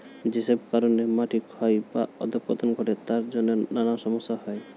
যেসব কারণে মাটি ক্ষয় বা অধঃপতন ঘটে তার জন্যে নানা সমস্যা হয়